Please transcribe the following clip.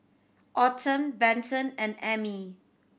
Autumn Benton and Ammie